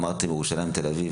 אמרתם: ירושלים ותל אביב,